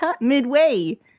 midway